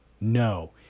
no